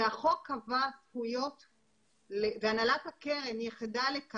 גם במשרד הקליטה,